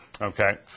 Okay